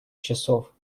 часов